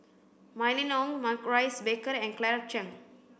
Mylene Ong Maurice Baker and Claire Chiang